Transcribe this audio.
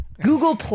Google